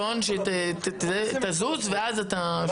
קודם כל אתה מרים טלפון שתזוז ואז אתה שולח.